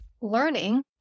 learning